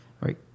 Right